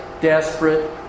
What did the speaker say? desperate